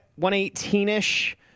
118-ish